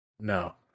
no